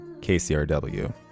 KCRW